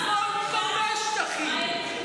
השמאל כובש שטחים,